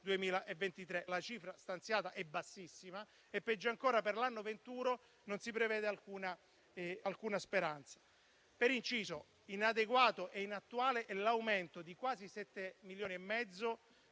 2023. La cifra stanziata è bassissima e, peggio ancora, per l'anno venturo non si prevede alcuna speranza. Per inciso, inadeguato e inattuale è l'aumento di quasi 7,5 milioni del